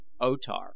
O-Tar